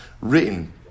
written